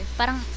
parang